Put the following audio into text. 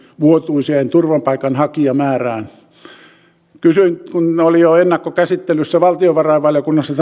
vuotuiseen turvapaikanhakijamäärään kun tämä lisäbudjetti oli jo ennakkokäsittelyssä valtiovarainvaliokunnassa